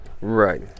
Right